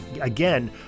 again